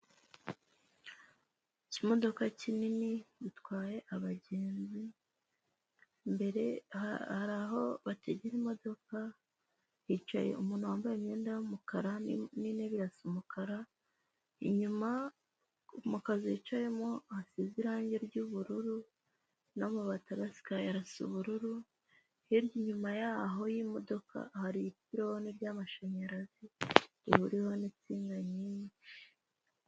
Iki modoka kinini gitwaye abagenzi imbere haraho bategera imodoka hicaye umuntu wambaye imyenda y'umukara n'intebe irasa umukara inyuma. Mu kazu yicayemo hasize irangi ry'ubururu n'amabati ahasakaye nayo arasa ubururu, hirya inyuma ya ho y'imodoka hari ipironi ry'amashanyarazi rihuriweho n'insinga nyinshi.